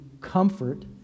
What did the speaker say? comfort